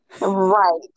Right